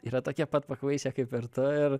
yra tokie pat pakvaišę kaip ir tu ir